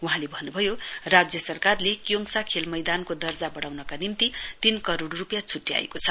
वहाँले भन्न्भयो राज्य सरकारले क्योङसा खेल मैदानको दर्जा बढ़ाउनका निम्ति तीन करोड़ रूपियाँ छुट्याएको छ